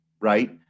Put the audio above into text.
right